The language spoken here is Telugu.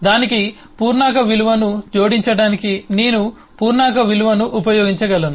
దానికి పూర్ణాంక విలువను జోడించడానికి నేను పూర్ణాంక విలువను ఉపయోగించగలను